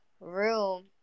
room